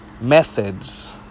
methods